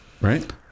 Right